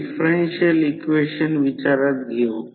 471 ampere कारण ∅0 70